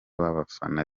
w’abafana